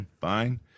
fine